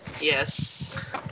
Yes